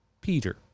Peter